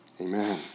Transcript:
Amen